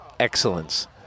excellence